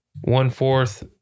one-fourth